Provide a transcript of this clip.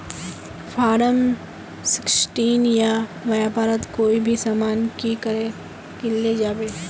Form sixteen ई व्यापारोत कोई भी सामान की करे किनले जाबे?